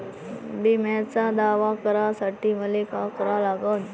बिम्याचा दावा करा साठी मले का करा लागन?